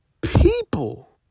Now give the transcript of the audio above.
people